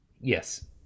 yes